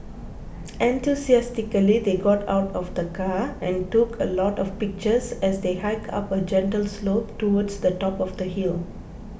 enthusiastically they got out of the car and took a lot of pictures as they hiked up a gentle slope towards the top of the hill